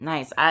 Nice